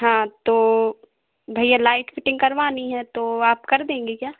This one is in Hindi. हाँ तो भैया लाइट फ़िटिंग करवानी है तो आप कर देंगे क्या